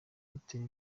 hoteli